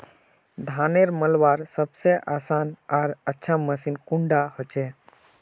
धानेर मलवार सबसे आसान आर अच्छा मशीन कुन डा होचए?